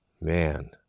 Man